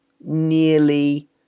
nearly